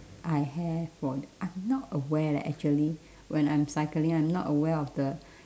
I have or I'm not aware leh actually when I'm cycling I'm not aware of the